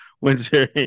winter